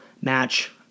match